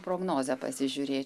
prognozę pasižiūri